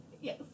yes